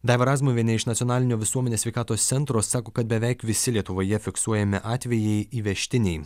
daiva razmuvienė iš nacionalinio visuomenės sveikatos centro sako kad beveik visi lietuvoje fiksuojami atvejai įvežtiniai